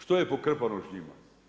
Što je pokrpano s njima?